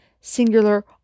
singular